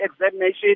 examination